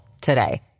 today